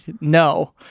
no